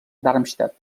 darmstadt